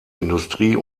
industrie